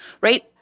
right